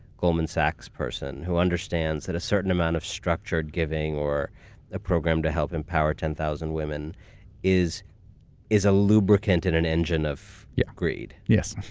goldman sachs person, who understands that a certain amount of structure giving or a program to help empower ten thousand women is is a lubricant and an engine of yeah greed. yes.